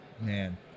Man